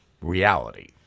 reality